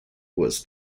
was